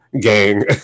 gang